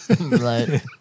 Right